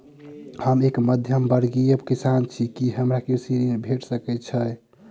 हम एक मध्यमवर्गीय किसान छी, की हमरा कृषि ऋण भेट सकय छई?